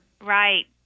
Right